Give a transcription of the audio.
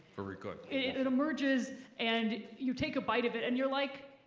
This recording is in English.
very good it it emerges and you take a bite of it and you're like